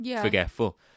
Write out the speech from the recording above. forgetful